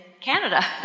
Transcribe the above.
Canada